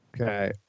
Okay